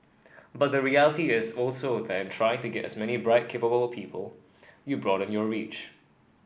but the reality is also that in trying to get as many bright capable people you broaden your reach